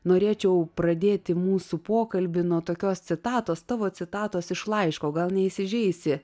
norėčiau pradėti mūsų pokalbį nuo tokios citatos tavo citatos iš laiško gal neįsižeisi